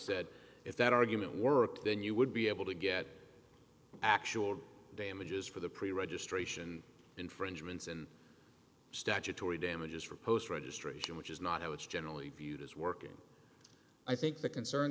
said if that argument worked then you would be able to get actual damages for the pre registration infringements and statutory damages for post registration which is not how it's generally viewed as working i think the concern